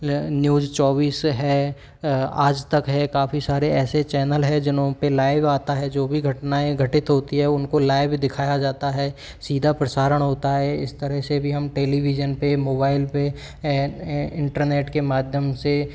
news चौबीस है आज तक है काफ़ी सारे ऐसे चैनल है जिन पर लाइव आता है जो भी घटनाएँ घटित होती है उनको लाइव दिखाया जाता है सीधा प्रसारण होता है इस तरह से भी हम टेलीवीज़न पर मोबाइल पर इंटरनेट के माध्यम से